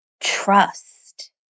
trust